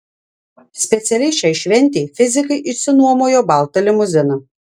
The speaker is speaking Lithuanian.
specialiai šiai šventei fizikai išsinuomojo baltą limuziną